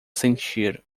sentir